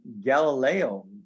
Galileo